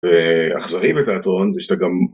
אכזרי בתיאטרון זה שאתה גם...